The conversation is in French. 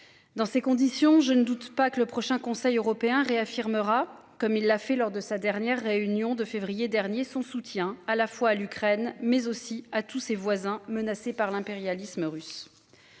Dans ces conditions je ne doute pas que le prochain conseil européen réaffirmera comme il l'a fait lors de sa dernière réunion de février dernier son soutien à la fois à l'Ukraine mais aussi à tous ses voisins menacé par l'impérialisme russe.